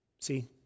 See